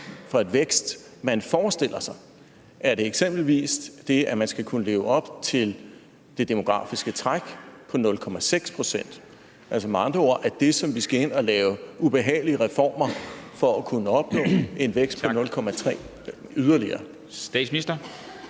hvilken vækst man forestiller sig? Er det eksempelvis, at man skal kunne leve op til det demografiske træk på 0,6 pct.? Skal vi med andre ord ind og lave ubehagelige reformer for at kunne opnå en vækst på yderligere 0,3 pct.?